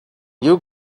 you